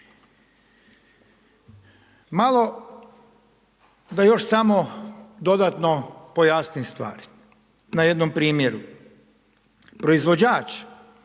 Malo da još samo dodatno pojasnim stvari na jednom primjeru. Proizvođač